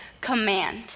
command